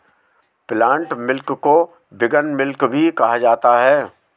plant milk को vegan milk भी कहा जाता है